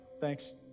Thanks